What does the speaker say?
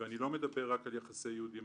ואני לא מדבר רק על יחסי יהודי-ערבים.